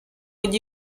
with